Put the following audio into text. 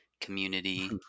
community